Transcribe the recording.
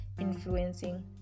influencing